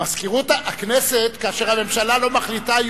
מזכירות הכנסת, כאשר הממשלה לא מחליטה.